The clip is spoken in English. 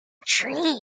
tree